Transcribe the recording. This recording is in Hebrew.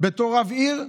בתור רב עיר,